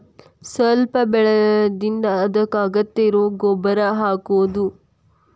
ಸ್ವಲ್ಪ ಬೆಳದಿಂದ ಅದಕ್ಕ ಅಗತ್ಯ ಇರು ಗೊಬ್ಬರಾ ಹಾಕುದು